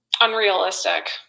unrealistic